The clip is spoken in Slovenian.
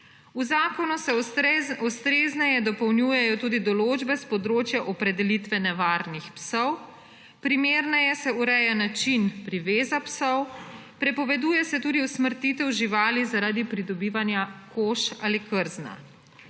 V zakonu se ustrezneje dopolnjujejo tudi določbe s področja opredelitve nevarnih psov, primerneje se ureja način priveza psov, prepoveduje se usmrtitev živali zaradi pridobivanja kož ali krzna.